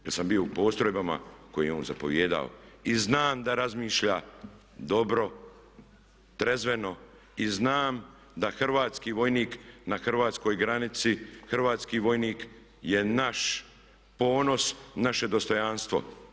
Jer sam bio u postrojbama kojim je on zapovijedao i znam da razmišlja dobro, trezveno i znam da hrvatski vojnik na hrvatskoj granici, hrvatski vojnik je naš ponos, naše dostojanstvo.